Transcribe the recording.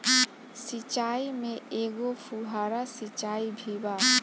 सिचाई में एगो फुव्हारा सिचाई भी बा